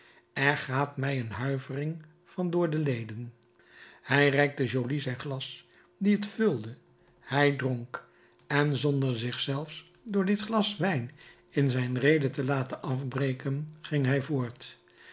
er gaat mij een huivering van door de leden hij reikte joly zijn glas die het vulde hij dronk en zonder zich zelfs door dit glas wijn in zijn rede te laten afbreken ging hij voort